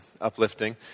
uplifting